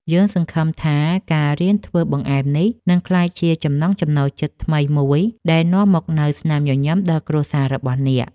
យើងសង្ឃឹមថាការរៀនធ្វើបង្អែមនេះនឹងក្លាយជាចំណង់ចំណូលចិត្តថ្មីមួយដែលនាំមកនូវស្នាមញញឹមដល់គ្រួសាររបស់អ្នក។